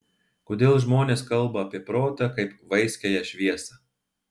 kodėl žmonės kalba apie protą kaip vaiskiąją šviesą